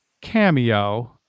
cameo